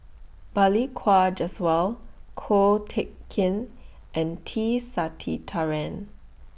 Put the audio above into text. Balli Kaur Jaswal Ko Teck Kin and T Sasitharan